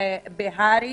שבהר"י